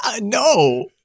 No